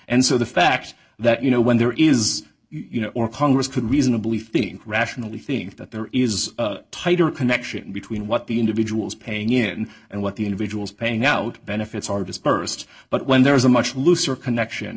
and so the fact that you know when there is you know or congress could reasonably think rationally think that there is tighter connection between what the individual is paying in and what the individuals paying out benefits are dispersed but when there is a much looser connection